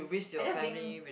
I just being